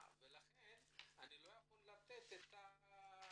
ולכן הם לא יכולים לתת את המסמכים.